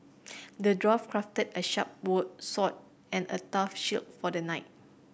the dwarf crafted a sharp sword and a tough shield for the knight